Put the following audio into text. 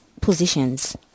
positions